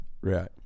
Right